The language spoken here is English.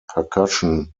percussion